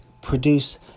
produce